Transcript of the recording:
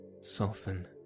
soften